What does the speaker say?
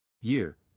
Year